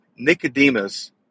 Nicodemus